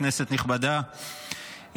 כנסת נכבדה,